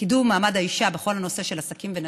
לקידום מעמד האישה, בכל הנושא של עסקים ונשים,